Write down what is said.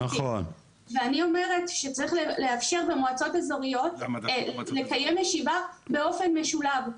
ואני אומרת שצריך לאפשר במועצות אזוריות לקיים ישיבה באופן משולב.